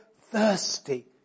thirsty